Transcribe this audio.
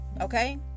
Okay